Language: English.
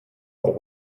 but